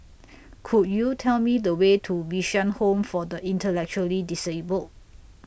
Could YOU Tell Me The Way to Bishan Home For The Intellectually Disabled